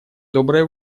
доброй